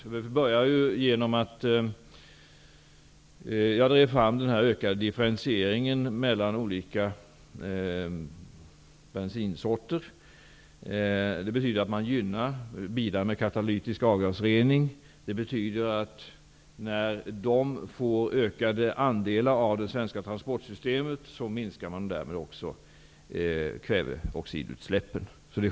Det började med att jag drev fram en ökad differentiering mellan olika bensinsorter. Det betyder att man gynnar bilar med katalytisk avgasrening. När deras andel i det svenska transportsystemet ökar minskar man därmed kväveoxidutsläppen.